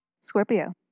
Scorpio